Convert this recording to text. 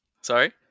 Sorry